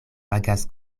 pagas